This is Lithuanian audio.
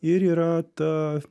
ir yra ta